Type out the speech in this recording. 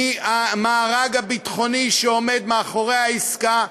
מי המארג הביטחוני שעומד מאחורי העסקה,